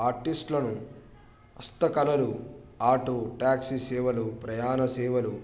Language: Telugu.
ఆర్టిస్టులను హస్తకళలు ఆటో టాక్సీ సేవలు ప్రయాణ సేవలు